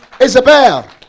Isabel